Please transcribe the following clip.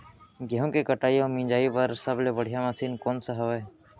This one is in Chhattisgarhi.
गेहूँ के कटाई अऊ मिंजाई बर सबले बढ़िया मशीन कोन सा हवये?